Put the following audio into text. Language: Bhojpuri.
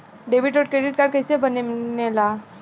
डेबिट और क्रेडिट कार्ड कईसे बने ने ला?